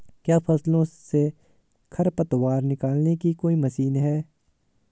क्या फसलों से खरपतवार निकालने की कोई मशीन है?